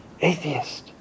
atheist